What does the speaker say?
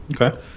Okay